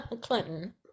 Clinton